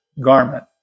garment